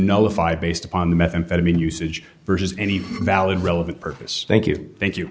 nullify based upon the methamphetamine usage vs any valid relevant purpose thank you thank you